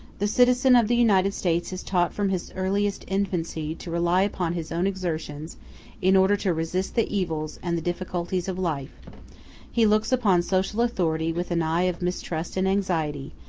the citizen of the united states is taught from his earliest infancy to rely upon his own exertions in order to resist the evils and the difficulties of life he looks upon social authority with an eye of mistrust and anxiety,